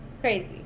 Crazy